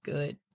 Good